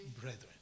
brethren